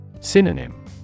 Synonym